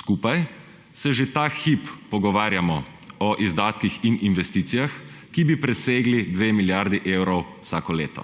Skupaj se že ta hip pogovarjamo o izdatkih in investicijah, ki bi presegli 2 milijardi evrov vsako leto.